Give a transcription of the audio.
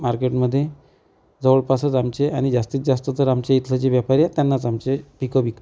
मार्केटमध्ये जवळपासच आमचे आणि जास्तीत जास्त तर आमच्या इथले जे व्यापारी आहेत त्यांनाच आमचे पिकं विकतो